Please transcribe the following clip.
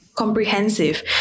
comprehensive